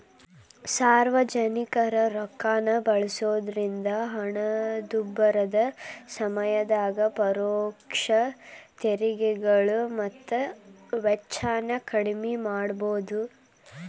ಸಾರ್ವಜನಿಕರ ರೊಕ್ಕಾನ ಬಳಸೋದ್ರಿಂದ ಹಣದುಬ್ಬರದ ಸಮಯದಾಗ ಪರೋಕ್ಷ ತೆರಿಗೆಗಳು ಮತ್ತ ವೆಚ್ಚನ ಕಡ್ಮಿ ಮಾಡಬೋದು